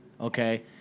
okay